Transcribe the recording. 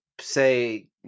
say